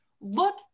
Look